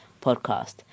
podcast